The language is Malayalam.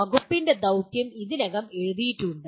വകുപ്പിന്റെ ദൌത്യം ഇതിനകം എഴുതിയിട്ടുണ്ട്